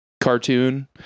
cartoon